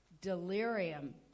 delirium